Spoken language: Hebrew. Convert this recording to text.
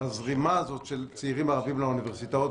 הזרימה הזאת של צעירים ערבים לאוניברסיטאות,